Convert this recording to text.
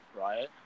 right